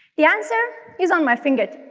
the answer is on my fingertip.